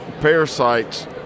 parasites